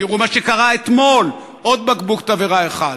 תראו מה שקרה אתמול: עוד בקבוק תבערה אחד,